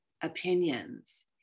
opinions